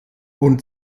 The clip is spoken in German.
und